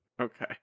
Okay